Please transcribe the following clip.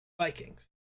Vikings